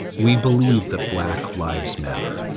we believe that black lives matter.